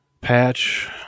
Patch